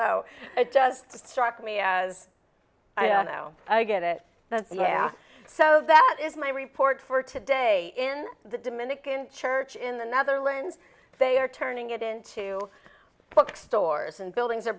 h it just struck me as i know i get it yeah so that is my report for today in the dominican church in the netherlands they are turning it into bookstores and buildings are